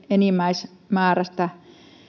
enimmäismäärästä